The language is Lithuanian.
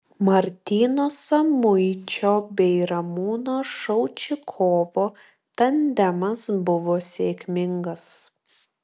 martyno samuičio bei ramūno šaučikovo tandemas buvo sėkmingas